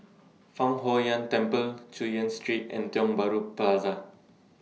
Fang Huo Yuan Temple Chu Yen Street and Tiong Bahru Plaza